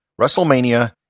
WrestleMania